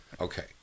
Okay